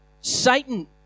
Satan